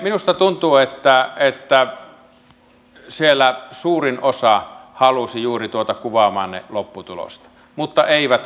minusta tuntuu että siellä suurin osa halusi juuri tuota kuvaamaanne lopputulosta mutta eivät kaikki